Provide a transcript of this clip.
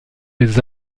les